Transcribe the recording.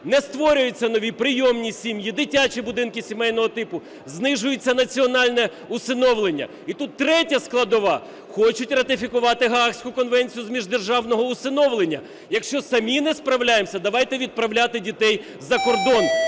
не створюються нові прийомні сім'ї, дитячі будинки сімейного типу, знижується національне усиновлення. І тут третя складова. Хочуть ратифікувати Гаазьку конвенцію з міждержавного усиновлення. Якщо самі не справляємося, давайте відправляти дітей за кордон